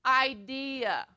idea